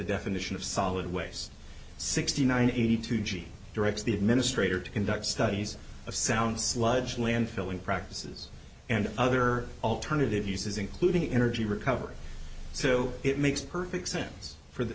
definition of solid waste sixty nine eighty two gene directs the administrator to conduct studies of sound sludge landfilling practices and other alternative uses including energy recovery so it makes perfect sense for the